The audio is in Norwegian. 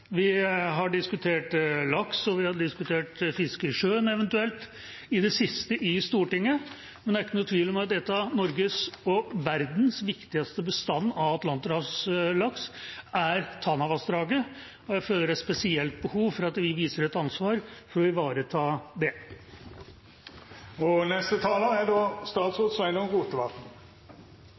fiske i sjøen i det siste i Stortinget, men det er ikke tvil om at en av Norges og verdens viktigste bestander av atlanterhavslaks er i Tanavassdraget, og jeg føler et spesielt behov for at vi viser et ansvar for å ivareta det. Når det gjeld Tanavassdraget, er